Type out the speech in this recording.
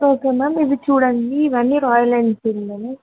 okay ma'am ఇది చూడండి ఇవన్నీ రాయల్ ఎన్ఫీల్డ్లోనే